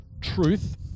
truth